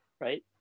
Right